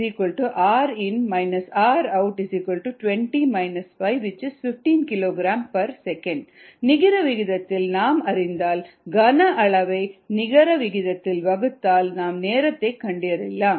rnet rin - rout 20 - 5 15 Kg s 1 நிகர விகிதத்தை நாம் அறிந்தால் கன அளவை நிகர விகிதத்தால் வகுத்தால் நாம் நேரத்தை கண்டறியலாம்